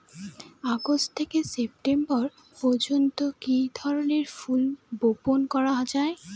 August থেকে September পর্যন্ত কি ধরনের ফুল বপন করা যায়?